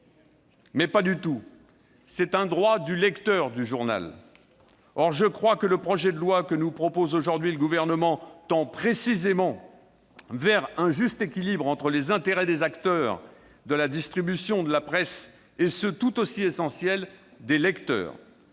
Mais pas du tout, c'est un droit du lecteur du journal ». Or le projet de loi que nous soumet aujourd'hui le Gouvernement tend précisément vers un juste équilibre entre les intérêts des acteurs de la distribution de la presse et ceux, tout aussi essentiels, des lecteurs.